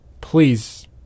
please